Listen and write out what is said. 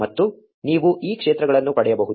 ಮತ್ತು ನೀವು ಈ ಕ್ಷೇತ್ರಗಳನ್ನು ಪಡೆಯಬಹುದು